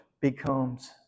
becomes